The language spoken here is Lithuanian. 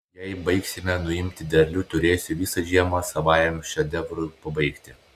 jei baigsime nuimti derlių turėsiu visą žiemą savajam šedevrui pabaigti